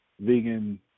vegan